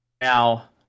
Now